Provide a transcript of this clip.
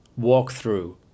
walkthrough